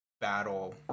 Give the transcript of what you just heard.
battle